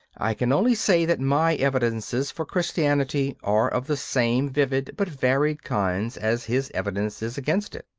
i can only say that my evidences for christianity are of the same vivid but varied kind as his evidences against it.